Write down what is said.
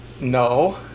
No